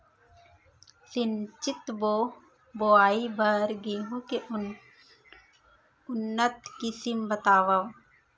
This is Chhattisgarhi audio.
सिंचित बोआई बर गेहूँ के उन्नत किसिम बतावव?